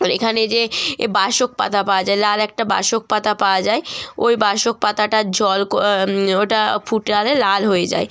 এখানে যে এ বাসক পাতা পাওয়া যায় লাল একটা বাসক পাতা পাওয়া যায় ওই বাসক পাতাটার জল ক ওটা ফুটালে লাল হয়ে যায়